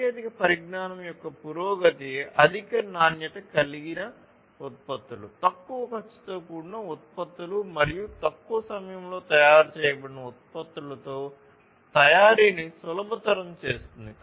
సాంకేతిక పరిజ్ఞానం యొక్క పురోగతి అధిక నాణ్యత కలిగిన ఉత్పత్తులు తక్కువ ఖర్చుతో కూడిన ఉత్పత్తులు మరియు తక్కువ సమయంలో తయారు చేయబడిన ఉత్పత్తులతో తయారీని సులభతరం చేస్తుంది